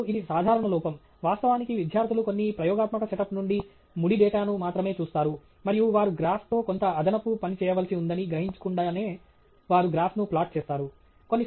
మరియు ఇది సాధారణ లోపం వాస్తవానికి విద్యార్థులు కొన్ని ప్రయోగాత్మక సెటప్ నుండి ముడి డేటాను మాత్రమే చూస్తారు మరియు వారు గ్రాఫ్ తో కొంత అదనపు పని చేయవలసి ఉందని గ్రహించకుండానే వారు గ్రాఫ్ను ప్లాట్ చేస్తారు